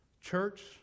Church